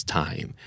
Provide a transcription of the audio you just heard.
time